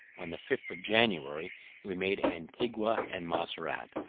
on the fifth of january we made antigua and montserrat,